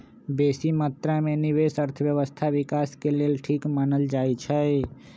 बेशी मत्रा में निवेश अर्थव्यवस्था विकास के लेल ठीक मानल जाइ छइ